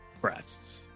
breasts